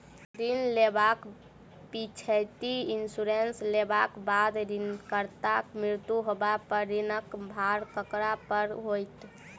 ऋण लेबाक पिछैती इन्सुरेंस लेबाक बाद ऋणकर्ताक मृत्यु होबय पर ऋणक भार ककरा पर होइत?